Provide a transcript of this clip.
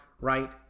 right